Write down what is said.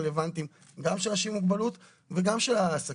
הרלוונטיים גם של אנשים עם מוגבלות וגם של העסקים,